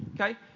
Okay